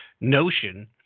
notion